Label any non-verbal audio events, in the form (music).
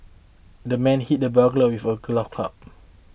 the man hit the burglar with a (unintelligible) club